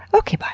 okay, bye.